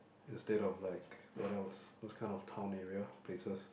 instead of like what else those kind of town area places